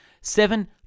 Seven